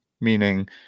meaning